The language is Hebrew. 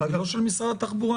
היא לא של משרד התחבורה.